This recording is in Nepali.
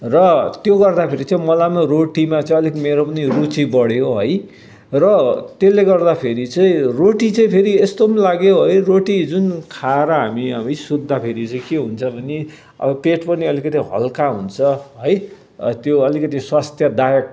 र त्यो गर्दा फेरि चाहिँ मलाई रोटीमा चाहिँ अलिक मेरो पनि रुचि बढ्यो है र त्यसले गर्दा फेरि चाहिँ रोटी चाहिँ फेरि यस्तो लाग्यो है रोटी जुन खाएर हामी हामी सुत्दाखेरि चाहिँ के हुन्छ भने अब पेट पनि अलिकति हल्का हुन्छ है त्यो अलिकति स्वास्थ्यदायक पनि हुन्छ